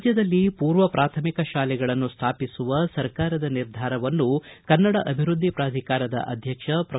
ರಾಜ್ಯದಲ್ಲಿ ಪೂರ್ವ ಪ್ರಾಥಮಿಕ ಶಾಲೆಗಳನ್ನು ಸ್ಥಾಪಿಸುವ ಸರ್ಕಾರದ ನಿರ್ಧಾರವನ್ನು ಕನ್ನಡ ಅಭಿವೃದ್ಧಿ ಪ್ರಾಧಿಕಾರದ ಅಧ್ಯಕ್ಷ ಪ್ರೊ